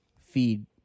feed